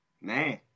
Man